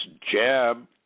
jab